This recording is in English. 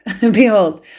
Behold